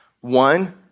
one